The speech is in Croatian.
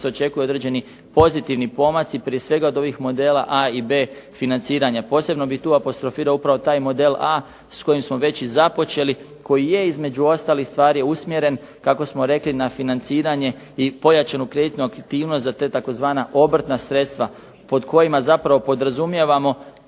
očekuje određeni pozitivni pomaci, prije svega od ovih modela A i B financiranja. Posebno bi tu apostrofirao upravo taj model A s kojim smo već i započeli, koji je između ostalih stvari usmjeren kako smo rekli na financiranje i pojačanu kretnju aktivnost za ta tzv. obrtna sredstva, pod kojima zapravo podrazumijevamo